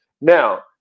now